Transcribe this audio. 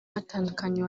batandukanye